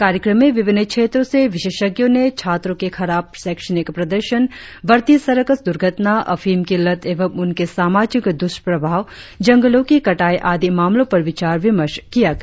कार्यक्रम में विभिन्न क्षेत्रों से विशेषज्ञों ने छात्रों के खराब शैक्षणिक प्रदर्शन बढ़ती सड़क दुर्घटना अफीम की लत एवं उनके सामाजिक दुष्प्रभाव जंगलों की कटाई आदि मामलों पर विचार विमर्श किया गया